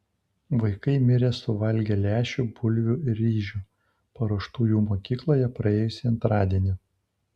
vaikai mirė suvalgę lęšių bulvių ir ryžių paruoštų jų mokykloje praėjusį antradienį